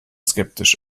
skeptisch